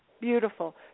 Beautiful